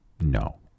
no